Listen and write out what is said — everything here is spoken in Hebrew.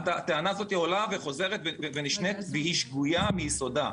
הטענה הזו עולה וחוזרת ונשנית והיא שגויה מיסודה.